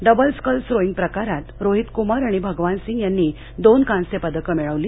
double sculls rowing प्रकारांत रोहित कुमार आणि भगवान सिंग यांनी दोन कास्य पदक मिळवली